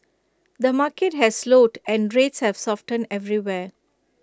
the market has slowed and rates have softened everywhere